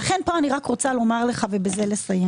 ולכן פה אני רק רוצה לומר לך, ובזה לסיים